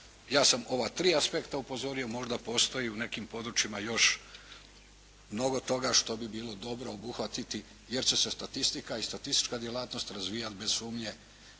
Ja sam ova tri aspekta upozorio. Možda postoji u nekim područjima još mnogo toga što bi bilo dobro obuhvatiti, jer će statistika i statistička djelatnost razvijati bez sumnje